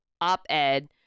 op-ed